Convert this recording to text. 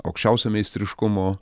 aukščiausio meistriškumo